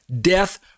death